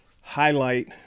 highlight